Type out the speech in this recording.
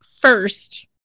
first